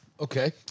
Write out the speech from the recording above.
Okay